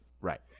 Right